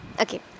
Okay